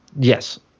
Yes